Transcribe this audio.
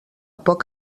poc